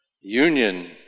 Union